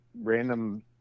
random